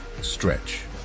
Stretch